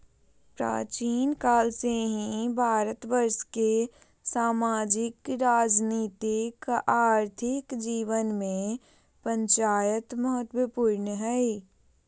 प्राचीन काल से ही भारतवर्ष के सामाजिक, राजनीतिक, आर्थिक जीवन में पंचायत महत्वपूर्ण हइ